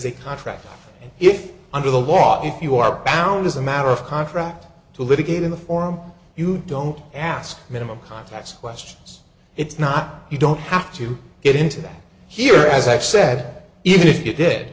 a contract if under the law if you are bound as a matter of contract to litigate in the form you don't ask minimal contact questions it's not you don't have to get into that here as i said even if you did